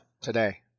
today